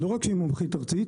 לא רק שהיא מומחית ארצית,